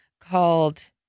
called